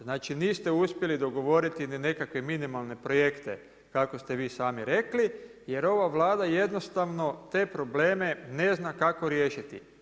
Znači niste uspjeli dogovoriti ili nekakve minimalne projekte kako ste vi sami rekli, jer ova Vlada jednostavno te probleme ne zna kako riješiti.